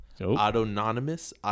Autonomous